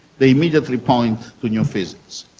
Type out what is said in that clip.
they immediately point to new physics.